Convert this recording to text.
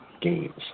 games